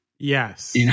Yes